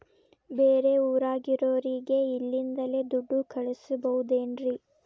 ಬೇರೆ ಊರಾಗಿರೋರಿಗೆ ಇಲ್ಲಿಂದಲೇ ದುಡ್ಡು ಕಳಿಸ್ಬೋದೇನ್ರಿ?